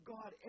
God